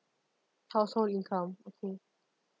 household income okay